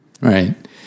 Right